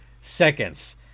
seconds